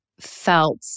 felt